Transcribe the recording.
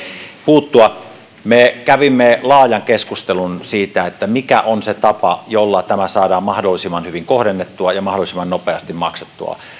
puuttua me kävimme laajan keskustelun siitä mikä on se tapa jolla tämä saadaan mahdollisimman hyvin kohdennettua ja mahdollisimman nopeasti maksettua